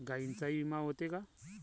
गायींचाही विमा होते का?